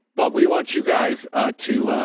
but we want you guys to,